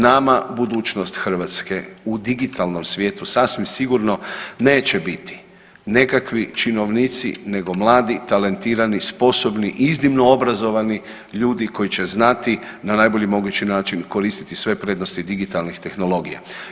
Nama budućnost Hrvatske u digitalnom svijetu sasvim sigurno neće biti nekakvi činovnici nego mladi talentirani, sposobni, iznimno obrazovani ljudi koji će znati na najbolji mogući način koristiti sve prednosti digitalnih tehnologija.